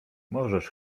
możesz